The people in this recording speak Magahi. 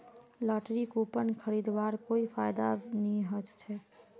लॉटरी कूपन खरीदवार कोई फायदा नी ह छ